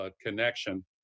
connection